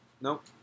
Nope